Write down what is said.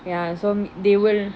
ya so they will